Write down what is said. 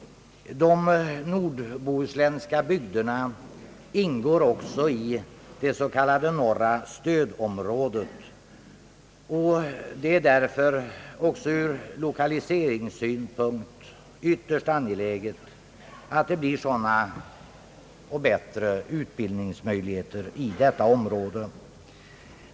De nordbohuslänska bygderna ingår också i det s.k. norra stödområdet. Det är därför även ur lokaliseringssynpunkt ytterst angeläget att det blir bättre utbildningsmöjligheter inom detta område.